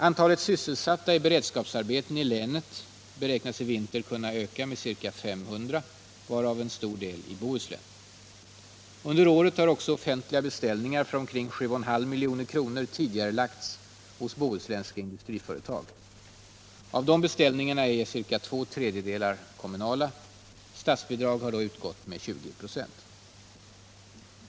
Antalet sysselsatta i beredskapsarbeten i länet beräknas i vinter kunna öka med ca 500, varav en stor del i Bohuslän. Under året har också offentliga beställningar för ca 7,5 milj.kr. tidigarelagts hos bohuslänska industriföretag. Av dessa beställningar är ca två tredjedelar kommunala. Statsbidrag har då utgått med 20 96.